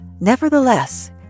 Nevertheless